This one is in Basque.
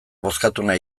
bozkatuena